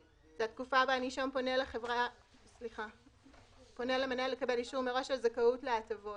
זו התקופה בה הנישום פונה למנהל לקבל אישור מראש על זכאות להטבות.